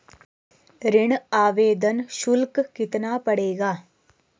ऋण आवेदन शुल्क कितना पड़ेगा?